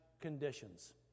conditions